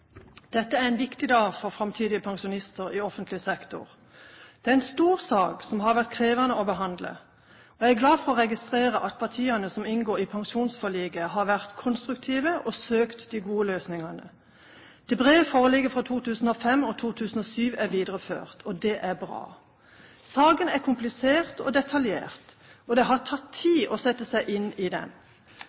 Dette er en viktig dag for framtidige pensjonister i offentlig sektor. Det er en stor sak, som det har vært krevende å behandle. Jeg er glad for å registrere at partiene som inngår i pensjonsforliket, har vært konstruktive og søkt de gode løsningene. Det brede forliket fra 2005 og 2007 er videreført, og det er bra. Saken er komplisert og detaljert, og det har tatt tid å sette seg inn i den.